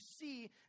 see